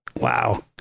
Wow